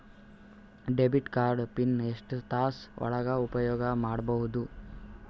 Debit card PIN ಎಷ್ಟ ತಾಸ ಒಳಗ ಉಪಯೋಗ ಮಾಡ್ಬಹುದು?